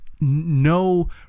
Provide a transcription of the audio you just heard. No